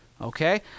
Okay